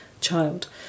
child